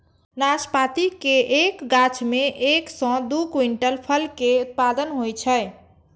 नाशपाती के एक गाछ मे एक सं दू क्विंटल फल के उत्पादन होइ छै